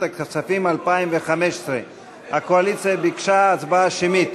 הכספים 2015. הקואליציה ביקשה הצבעה שמית,